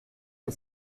que